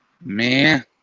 Man